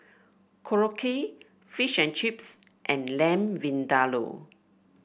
Korokke Fish and Chips and Lamb Vindaloo